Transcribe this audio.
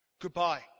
Goodbye